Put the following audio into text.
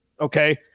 okay